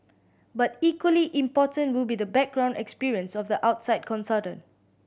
but equally important will be the background experience of the outside consultant